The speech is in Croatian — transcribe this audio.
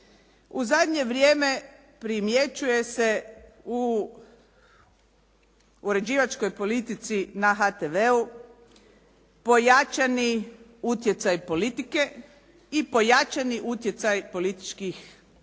u zadnje vrijeme primjećuje se u uređivačkoj politici na HTV-u pojačani utjecaj politike i pojačani utjecaj političkih